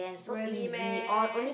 really meh